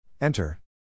Enter